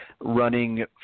running